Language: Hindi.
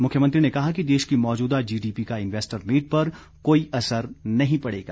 मुख्यमंत्री कहा कि देश की मौजूदा जीडीपी का इन्वेस्टर मीट पर कोई असर नहीं पड़ेगा